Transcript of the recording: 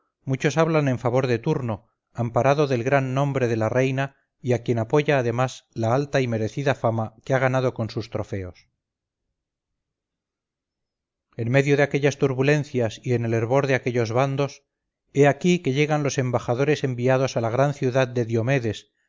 muchos hablan en favor de turno amparado del gran nombre de la reina y a quien apoya además la alta y merecida fama que ha ganado con sus trofeos en medio de aquellas turbulencias y en el hervor de aquellos bandos he aquí que llegan los embajadores enviados a la gran ciudad de diomedes